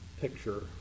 picture